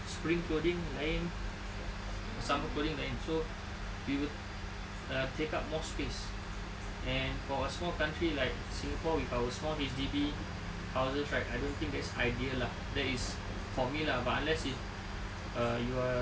spring clothings lain summer clothings lain so we will ah take up more space and for a small country like singapore with our small H_D_B houses right I don't think that's ideal lah that is for me lah but unless it's ah you are